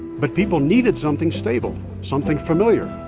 but people needed something stable something familiar,